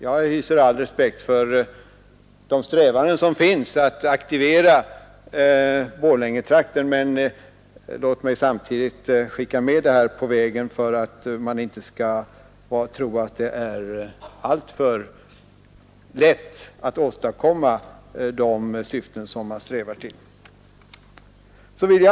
Jag hyser all respekt för de strävanden som finns att aktivera Borlängetrakten, men låt mig samtidigt skicka med dessa ord på vägen för att man inte skall tro att det är alltför lätt att åstadkomma de syften som man strävar till.